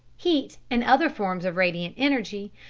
heat, and other forms of radiant energy,